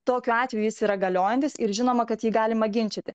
tokiu atveju jis yra galiojantis ir žinoma kad jį galima ginčyti